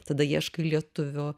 tada ieškai lietuvių